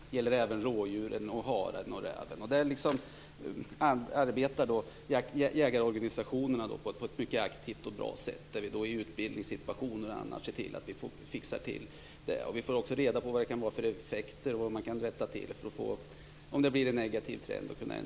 Det gäller även rådjur, hare och räv. Jägarorganisationerna arbetar på ett mycket aktivt och bra sätt. I utbildningssituationer och vid andra tillfällen tar vi upp detta. Vi får också reda på vilka effekter som kan uppstå och hur man kan rätta till det om det skulle bli en negativ trend.